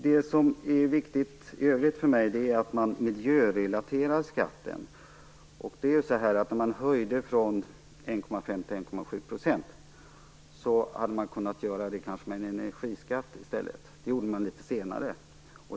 Det som är viktigt i övrigt är att skatten miljörelateras. I stället för att höja fastighetsskatten från 1,5 % till 1,7 % hade man kunnat införa en energiskatt, vilket man gjorde litet senare.